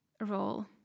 role